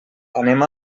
anem